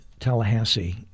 Tallahassee